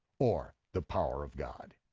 or the power of god.